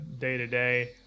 day-to-day